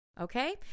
okay